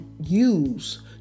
use